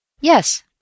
Yes